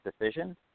decision